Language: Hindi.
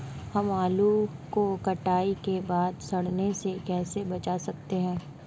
हम आलू को कटाई के बाद सड़ने से कैसे बचा सकते हैं?